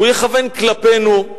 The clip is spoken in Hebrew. הוא יכוון כלפינו,